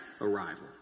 arrival